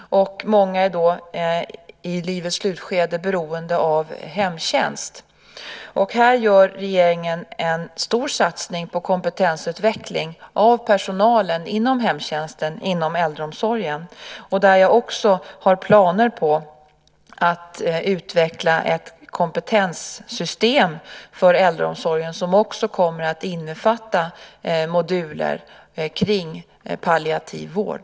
Många är i livets slutskede beroende av hemtjänst. Här gör regeringen en stor satsning på kompetensutveckling av personalen inom hemtjänsten och äldreomsorgen. Jag har också planer på att utveckla ett kompetenssystem för äldreomsorgen, som också kommer att innefatta moduler för palliativ vård.